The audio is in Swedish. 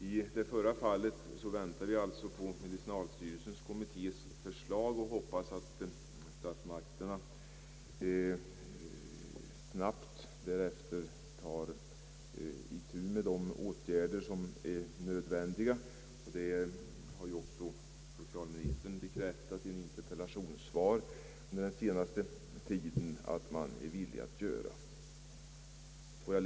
I det förra fallet väntar vi på förslag från medicinalstyrelsens narkomanvårdskommitté och hoppas att statsmakterna snabbt därefter vidtar de åtgärder som är nödvändiga. Socialministern har också i ett interpellationssvar under det senaste året bekräftat att man är villig att göra detta.